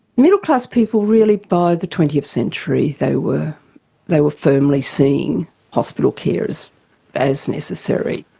middle class people really by the twentieth century, they were they were firmly seeing hospital carers as necessary.